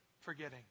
forgetting